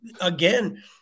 again